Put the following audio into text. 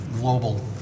global